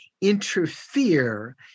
interfere